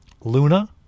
Luna